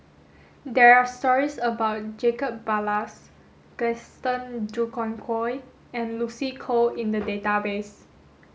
there are stories about Jacob Ballas Gaston Dutronquoy and Lucy Koh in the database